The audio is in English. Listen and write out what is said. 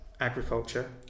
agriculture